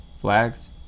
flags